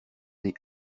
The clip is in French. des